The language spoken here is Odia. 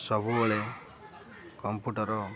ସବୁବେଳେ କମ୍ପୁଟର